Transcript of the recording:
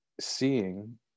seeing